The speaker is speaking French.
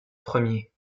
premier